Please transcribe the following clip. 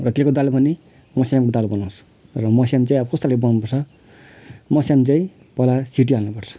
र केको दाल भने मस्यामको दाल बनाउँछु र मस्याम चाहिँ अब कस्तो खाले बनाउनुपर्छ मस्याम चाहिँ पहिला सिटी हाल्नुपर्छ